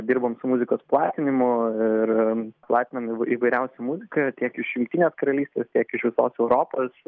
dirbam su muzikos platinimu ir platinam įv įvairiausią muziką tiek iš jungtinės karalystės tiek iš visos europos